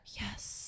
Yes